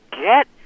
get